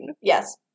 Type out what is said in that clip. Yes